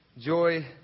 joy